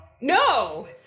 No